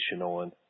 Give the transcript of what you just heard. on